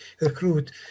recruit